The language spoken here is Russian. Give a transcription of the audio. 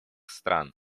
стран